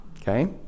Okay